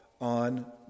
on